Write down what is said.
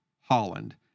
Holland